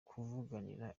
kuvuganira